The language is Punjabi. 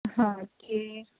ਹਾਂ ਅਤੇ